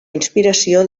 inspiració